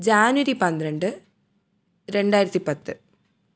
ജാനുവരി പന്ത്രണ്ട് രണ്ടായിരത്തിപ്പത്ത്